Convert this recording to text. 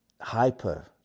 hyper